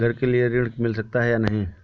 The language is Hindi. घर के लिए ऋण मिल सकता है या नहीं?